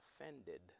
offended